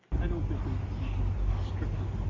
i don't think we we can strictly.